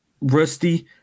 rusty